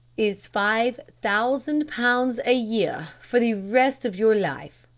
is five thousand pounds a year for the rest of your life,